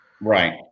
Right